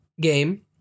game